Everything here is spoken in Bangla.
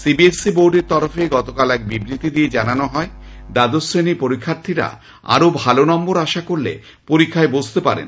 সিবিএসই বোর্ডের তরফে গতকাল এক বিবৃতি দিয়ে জানানো হয় দ্বাদশ শ্রেণীর পরীক্ষার্থীরা আরও ভালো নশ্বর আশা করলে পরীক্ষায় বসতে পারেন